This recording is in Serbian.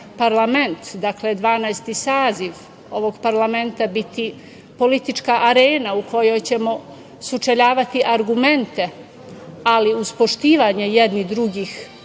parlament, dakle 12. saziv ovog parlamenta biti politička arena, u kojoj ćemo sučeljavati argumente, ali uz poštovanje jedni drugih,